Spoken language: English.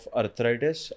arthritis